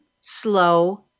slow